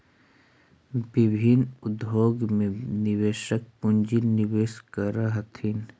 विभिन्न उद्योग में निवेशक पूंजी निवेश करऽ हथिन